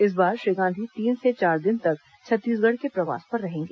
इस बार श्री गांधी तीन से चार दिन तक छत्तीसगढ़ के प्रवास पर रहेंगे